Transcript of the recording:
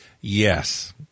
Yes